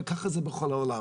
וככה זה בכל העולם.